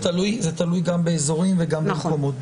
זה תלוי גם באזורים וגם במקומות.